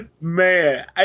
Man